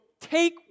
take